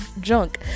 junk